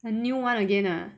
the new [one] again ah